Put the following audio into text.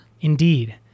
Indeed